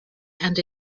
and